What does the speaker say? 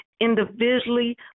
Individually